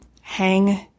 Hang